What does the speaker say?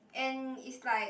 and is like